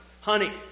honey